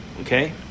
okay